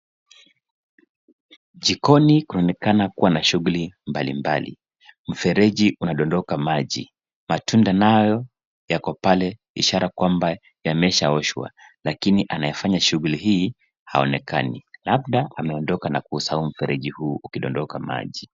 Jikoni kunaonekana kuwa na shughuli mbalimbali mfereji unadondoka maji, matunda nayo yako pale ishara kwamba yameshaoshwa. lakini anayefanya shughuli hii haonekani labda ameondoka na kusahau mfereji huu ukidondoka maji.